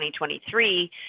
2023